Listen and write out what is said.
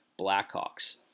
Blackhawks